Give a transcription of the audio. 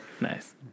Nice